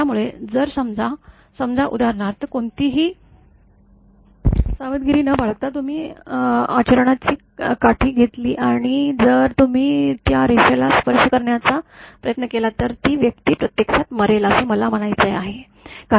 त्यामुळे जर समजा समजा उदाहरणार्थ कोणतीही सावधगिरी न बाळगता तुम्ही आचरणाची काठी घेतलीत आणि जर तुम्ही त्या रेषेला स्पर्श करण्याचा प्रयत्न केलात तर ती व्यक्ती प्रत्यक्षात मरेल असे मला म्हणायचे आहे